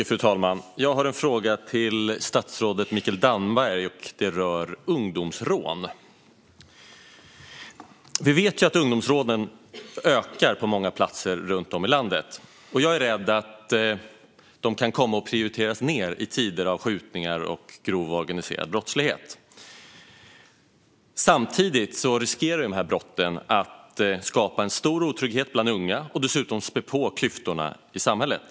Fru talman! Jag har en fråga till statsrådet Mikael Damberg. Den rör ungdomsrån. Vi vet att ungdomsrånen ökar på många platser runt om i landet. Jag är rädd att de kan komma att prioriteras ned i tider av skjutningar och grov organiserad brottslighet. Samtidigt riskerar dessa brott att skapa stor otrygghet bland unga och dessutom spä på klyftorna i samhället.